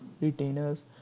retainers